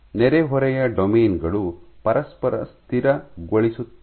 ನೆರೆಹೊರೆಯ ಡೊಮೇನ್ ಗಳು ಪರಸ್ಪರ ಸ್ಥಿರಗೊಳಿಸುತ್ತವೆ